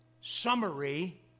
summary